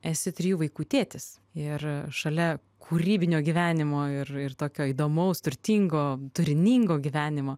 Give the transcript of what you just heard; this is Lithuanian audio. esi trijų vaikų tėtis ir šalia kūrybinio gyvenimo ir ir tokio įdomaus turtingo turiningo gyvenimo